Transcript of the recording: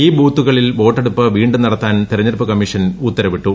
ഈ ബൂത്തുകളിൽ വോട്ടെടുപ്പ് വീണ്ടും നടത്താൻ തെരഞ്ഞെടുപ്പ് കമ്മീഷൻ ഉത്തരവിട്ടു